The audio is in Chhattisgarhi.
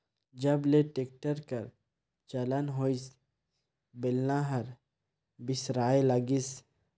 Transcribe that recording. जब ले टेक्टर कर चलन होइस बेलना हर बिसराय लगिस